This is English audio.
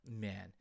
man